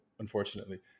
Unfortunately